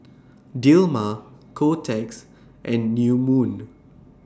Dilmah Kotex and New Moon